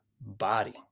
body